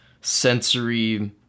sensory